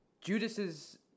Judas